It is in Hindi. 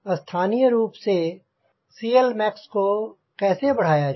स्थानीय रूप से CLmax को कैसे बढ़ाया जाए